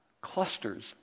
clusters